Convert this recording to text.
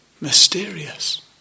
mysterious